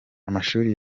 amashuri